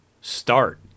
start